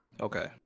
Okay